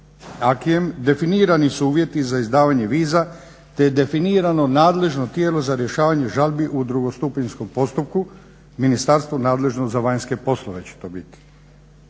acquisom definirani su uvjeti za izdavanje viza, te je definirano nadležno tijelo za rješavanje žalbi u drugostupanjskom postupku, ministarstvo nadležno za vanjske poslove će to biti.